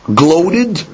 gloated